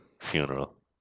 funeral